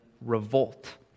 Revolt